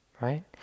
right